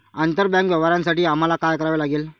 आंतरबँक व्यवहारांसाठी आम्हाला काय करावे लागेल?